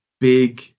big